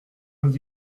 vingt